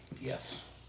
Yes